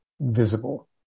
visible